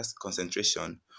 concentration